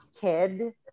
kid